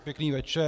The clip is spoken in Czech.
Pěkný večer.